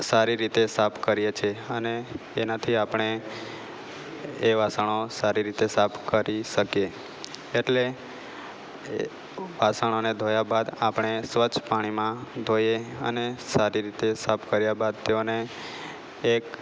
સારી રીતે સાફ કરીએ છે અને એનાથી આપણે એ વાસણો સારી રીતે સાફ કરી શકે એટલે એ વાસણને ધોયા બાદ આપણે સ્વચ્છ પાણીમાં ધોઈએ અને સારી રીતે સાફ કર્યા બાદ તેઓને એક